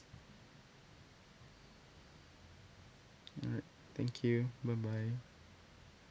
alright thank you bye bye